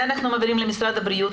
את זה אנחנו מעבירים למשרד הבריאות.